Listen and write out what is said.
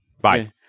Bye